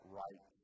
right